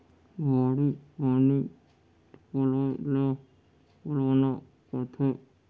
बाड़ी के पानी पलोय ल पलोना कथें